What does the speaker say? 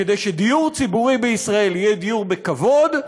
כדי שדיור ציבורי בישראל יהיה דיור בכבוד,